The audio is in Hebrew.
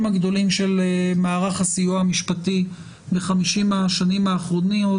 הגדולים של מערך הסיוע המשפטי ב-50 השנים האחרונות,